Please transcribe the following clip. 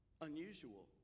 unusual